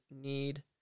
need